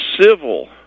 civil